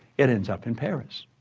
it ends up in paris.